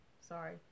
Sorry